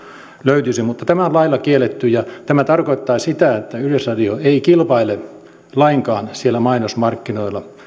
löytyisi mutta tämä on lailla kielletty ja tämä tarkoittaa sitä että yleisradio ei kilpaile lainkaan siellä mainosmarkkinoilla